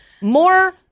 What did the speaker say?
More